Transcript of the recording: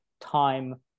time